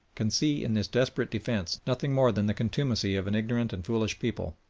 can see in this desperate defence nothing more than the contumacy of an ignorant and foolish people.